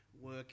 work